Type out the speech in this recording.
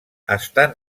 estan